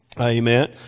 Amen